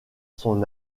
son